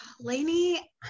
Lainey